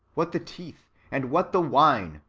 what the teeth, and what the wane,